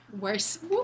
worse